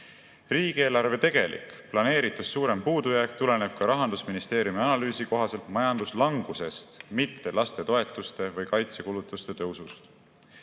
Riigieelarve tegelik, planeeritust suurem puudujääk tuleneb ka Rahandusministeeriumi analüüsi kohaselt majanduslangusest, mitte lastetoetuste või kaitsekulutuste tõusust.